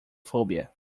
phobia